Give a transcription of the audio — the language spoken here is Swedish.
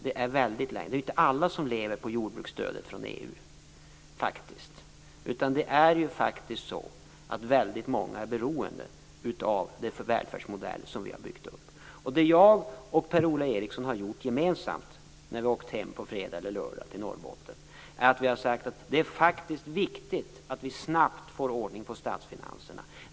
Det är ju inte alla som lever på jordbruksstödet från EU, utan väldigt många är beroende av den välfärdsmodell som vi har byggt upp. Det som jag och Per-Ola Eriksson har gjort gemensamt, när vi på fredagar eller lördagar har åkt hem till Norrbotten, är att vi har sagt att det är viktigt att snabbt få ordning på statsfinanserna.